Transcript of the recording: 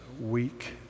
week